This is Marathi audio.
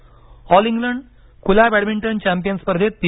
बॅडमिंटन ऑल इंग्लंड खुल्या बॅडमिंटन चॅम्पियन स्पर्धेत पी